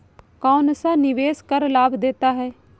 कौनसा निवेश कर लाभ देता है?